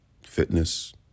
fitness